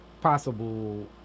possible